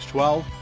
well,